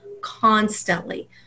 constantly